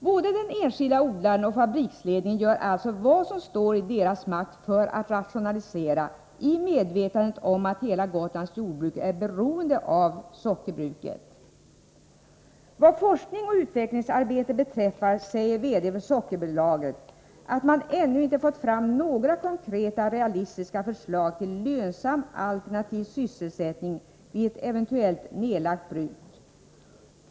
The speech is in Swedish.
Både den enskilde odlaren och fabriksledningen gör alltså vad som står i deras makt för att rationalisera i medvetande om att hela Gotlands jordbruk är beroende av sockerbruket i Roma. Vad forskning och utvecklingsarbete beträffar säger VD:n för sockerbolaget, att man ännu inte fått fram några konkreta realistiska förslag till lönsam alternativ sysselsättning vid ett eventuellt nedlagt bruk.